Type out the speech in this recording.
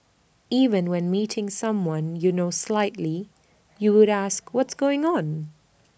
even when meeting someone you know slightly you would ask what's going on